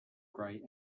grey